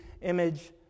image